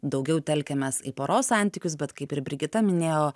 daugiau telkiamės į poros santykius bet kaip ir brigita minėjo